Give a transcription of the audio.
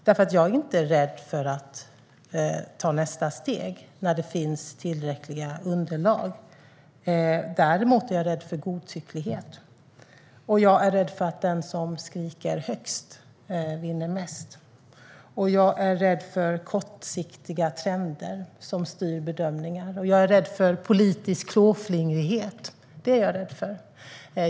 Jag är inte rädd för att ta nästa steg när det finns tillräckliga underlag. Däremot är jag rädd för godtycklighet, jag är rädd för att den som skriker högst vinner mest, jag är rädd för kortsiktiga trender som styr bedömningar och jag är också rädd för politisk klåfingrighet.